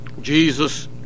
Jesus